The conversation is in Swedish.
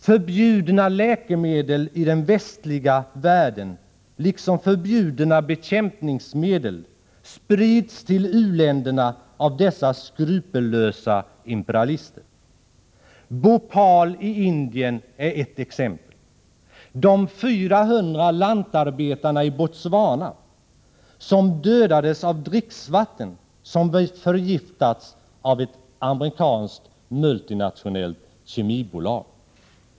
I den västliga världen förbjudna läkemedel liksom förbjudna bekämpningsmedel sprids till u-länderna av dessa skrupelfria imperialister. Bhopal i Indien är ett exempel. De 400 lantarbetarna i Botswana som dödades av dricksvatten som förgiftats av ett amerikanskt multinationellt kemibolag är ett annat.